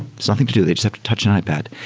nothing to do. they just have to touch an ipad.